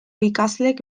ikaslek